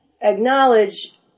Acknowledge